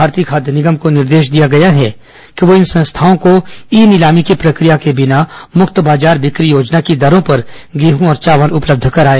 भारतीय खाद्य निगम को निर्देश दिया गया है कि वह इन संस्थाओं को बिना ई नीलामी प्रक्रिया के मुक्त बाजार बिक्री योजना की दरों पर गेहूं और चावल उपलब्ध कराए